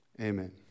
Amen